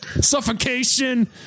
Suffocation